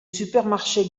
supermarchés